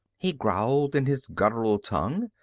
he growled in his guttural tongue,